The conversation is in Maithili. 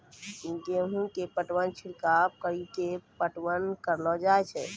गेहूँ के पटवन छिड़काव कड़ी के पटवन करलो जाय?